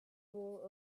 rule